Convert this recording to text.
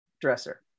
dresser